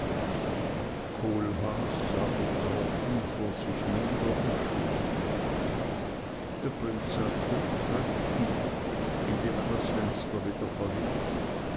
kohlhaas sah betroffen vor sich nieder und schwieg der prinz sagte gleichviel indem er das fenster wieder verließ